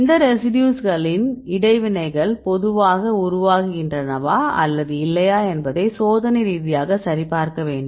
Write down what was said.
இந்த ரெசிடியூஸ்களின் இடைவினைகள் பொதுவாக உருவாகின்றனவா அல்லது இல்லையா என்பதை சோதனை ரீதியாக சரிபார்க்க வேண்டும்